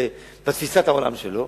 בתפיסת העולם שלו.